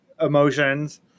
emotions